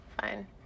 Fine